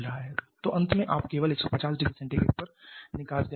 तो अंत में आप केवल 150 ℃ पर निकास गैस छोड़ रहे हैं